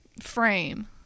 frame